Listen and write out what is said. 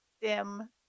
dim